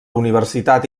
universitat